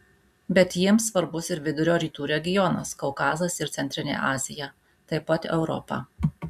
bet jiems svarbus ir vidurio rytų regionas kaukazas ir centrinė azija taip pat europa